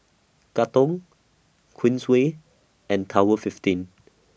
Katong Queensway and Tower fifteen